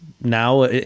now